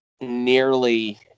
nearly